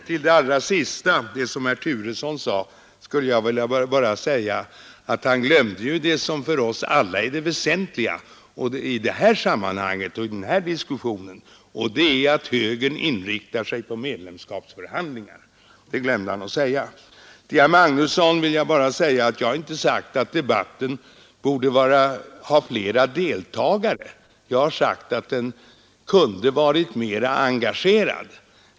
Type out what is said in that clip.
Herr talman! Till det som herr Turesson sade vill jag bara lägga att det som för oss alla är det väsentliga i den här diskussionen är att högern inriktar sig på medlemskapsförhandlingar. Det glömde herr Turesson Jag har inte, herr Magnusson i Kristinehamn, sagt att debatten om «Nr 139 EEC borde ha haft flera deltagare, utan bara att den kunde ha varit mera Tisdagen den engagerad.